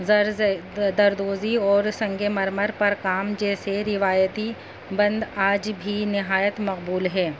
زر دردوزی اور سنگ مرمر پر کام جیسے روایتی بند آج بھی نہایت مقبول ہے